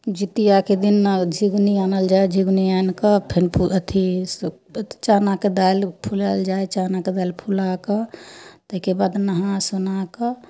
जीतियाके दिन ने झिंगुनी आनल जाइ है झिंगुनी आनीके फेर अथी चनाके दालि फूलायल जाइ है चनाके दालि फूला कऽ तै के बाद नहा सुना कऽ